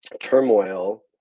turmoil